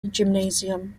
gymnasium